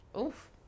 Oof